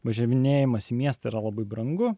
važinėjimas mieste yra labai brangu